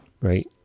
Right